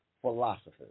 philosophers